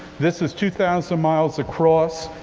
this is two thousand miles across.